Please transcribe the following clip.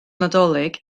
nadolig